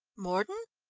mordon?